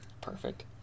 Perfect